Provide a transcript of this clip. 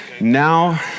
Now